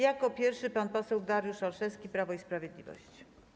Jako pierwszy pan poseł Dariusz Olszewski, Prawo i Sprawiedliwość.